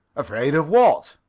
afraid of what?